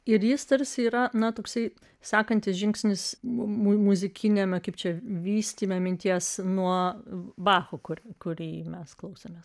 ir jis tarsi yra natūraliai sekantis žingsnis mūsų muzikiniame kaip čia vystyme minties nuo bacho kur kūrėjai mes klausomės